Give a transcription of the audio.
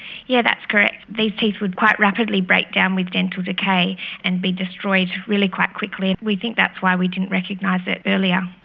yeah that's correct. these teeth would quite rapidly break down with dental decay and be destroyed really quite quickly. we think that's why we didn't recognise it earlier.